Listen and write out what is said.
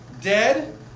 dead